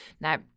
Now